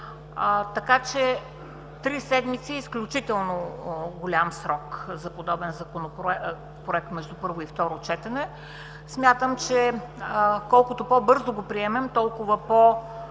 така че три седмици е изключително голям срок за подобен Проект между първо и второ четене. Смятам, че колкото по-бързо го приемем, толкова по-бързо